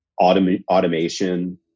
automation